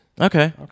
Okay